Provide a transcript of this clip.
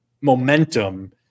momentum